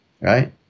right